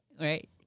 Right